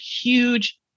huge